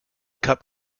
cup